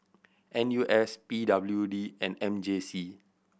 N U S P W D and M J C